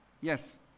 yes